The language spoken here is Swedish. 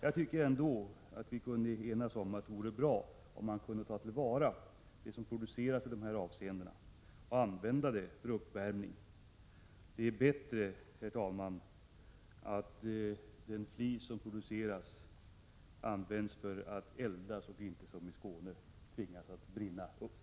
Jag tycker ändå att vi kunde enas om att det vore bra om man kunde ta till vara de här produkterna och använda dem för uppvärmning. Det är bättre, herr talman, att den flis som produceras används för uppvärmning och inte, som nu hänt i Skåne, bara brinner upp.